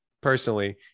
personally